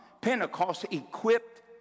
Pentecost-equipped